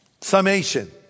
Summation